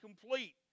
complete